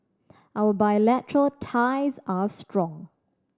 our bilateral ties are strong